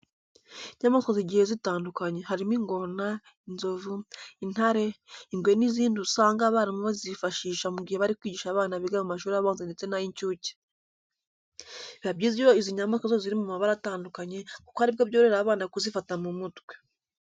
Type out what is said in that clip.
Inyamaswa zigiye zitandukanye harimo ingona, inzovu, intare, ingwe n'izindi usanga abarimu bazifashisha mu gihe bari kwigisha abana biga mu mashuri abanza ndetse n'ay'incuke. Biba byiza iyo izi nyamaswa zose ziri mu mabara atandukanye kuko ari bwo byorohera abana kuzifata mu mutwe.